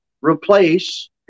replace